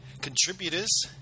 contributors